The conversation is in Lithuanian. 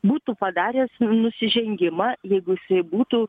būtų padaręs n nusižengimą jeigu jisai būtų